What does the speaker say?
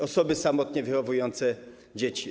Osoby samotnie wychowujące dzieci.